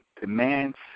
demands